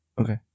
Okay